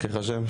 רק איך השם?